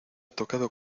tocado